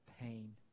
pain